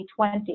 2020